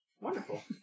Wonderful